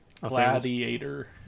Gladiator